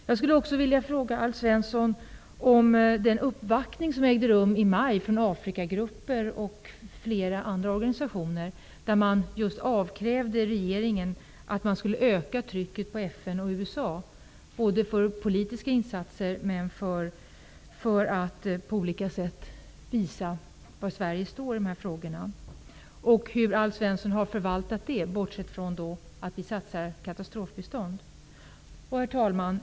Jag vill också ställa en fråga till Alf Svensson om den uppvaktning från Afrikagrupperna och andra organisationer som ägde rum i maj, där man krävde att regeringen skulle sätta ett ökat tryck på FN och USA både för politiska insatser och för att på olika sätt visa var Sverige står i dessa frågor. Hur har Alf Svensson förvaltat detta, bortsett från satsningar på katastrofbistånd? Herr talman!